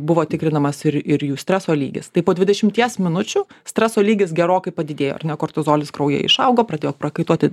buvo tikrinamas ir ir jų streso lygis tai po dvidešimties minučių streso lygis gerokai padidėjo ar ne kortizolis kraujyje išaugo pradėjo prakaituoti